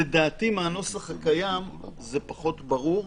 לדעתי, מהנוסח הקיים זה פחות ברור.